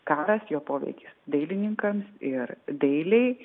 karas jo poveikis dailininkams ir dailei